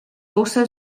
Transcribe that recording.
also